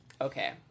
Okay